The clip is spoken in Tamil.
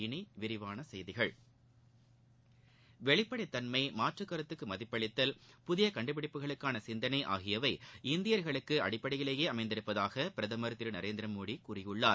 இனி விரிவான செய்திகள் வெளிப்படை தன்மை மாற்று கருத்துக்கு மதிப்பளித்தல் புதிய கண்டுபிடிப்புகளுக்கான சிந்தளை ஆகியவை இந்தியர்களுக்கு அடிப்படையிலேயே அமைந்துள்ளதாக பிரதமர் திரு நரேந்திர மோடி கூறியுள்ளார்